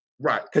Right